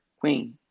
queen